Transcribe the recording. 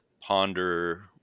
ponder